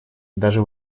даже